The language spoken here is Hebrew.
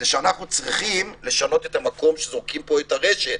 זה שאנחנו צריכים לשנות את המקום שזורקים בו את הרשת.